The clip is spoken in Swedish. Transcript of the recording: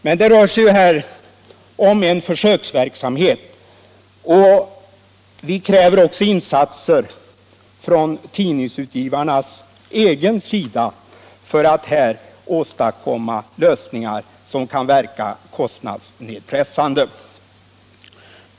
Men det rör sig om en försöksverksamhet och vi kräver insatser från tidningsutgivarnas egen sida för att åstadkomma lösningar som kan verka kostnadsnedpressande.